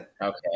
Okay